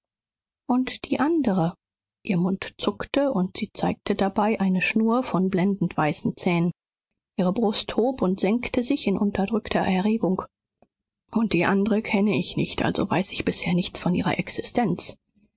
und die andere ihr mund zuckte und sie zeigte dabei eine schnur von blendend weißen zähnen ihre brust hob und senkte sich in unterdrückter erregung und die andere kenne ich nicht also weiß ich bisher nichts von ihrer existenz